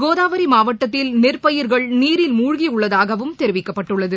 கோதாவரிமாவட்டத்தில் நெற்பயிர்கள் நீரில் மூழ்கியுள்ளதாகவும் தெரிவிக்கப்பட்டுள்ளது